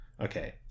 Okay